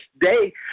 day